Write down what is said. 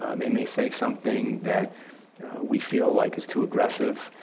they may say something that we feel like is too aggressive,